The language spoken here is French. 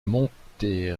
monte